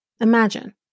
Imagine